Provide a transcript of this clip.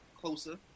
closer